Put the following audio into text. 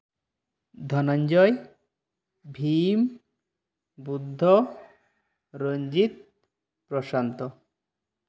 Dhananjoy Bhim Buddha Ranjit Prasanta